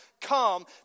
come